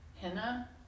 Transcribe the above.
Henna